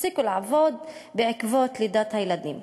הפסיקו לעבוד בעקבות לידת הילדים.